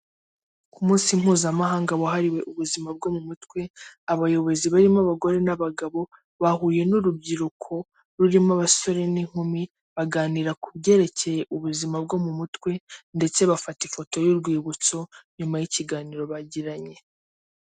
Ku munsi mpuzamahanga wahariwe ubuzima bwo mu mutwe abayobozi barimo abagore n'abagabo bahuye n'urubyiruko rurimo abasore n'inkumi baganira ku byerekeye ubuzima bwo mu mutwe ndetse bafata ifoto y'urwibutso nyuma y'ikiganiro bagiranye.